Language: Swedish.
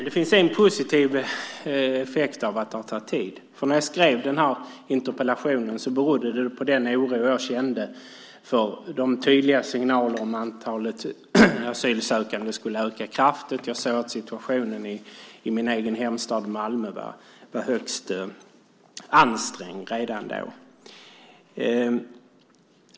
Det finns en positiv effekt av att det har tagit tid från det att jag skrev interpellationen, som berodde på den oro jag kände för de tydliga signaler om att antalet asylsökande skulle öka kraftigt. Jag såg att situationen i min egen hemstad Malmö var högst ansträngd redan då.